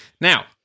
Now